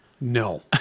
No